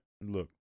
Look